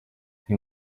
nti